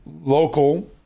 local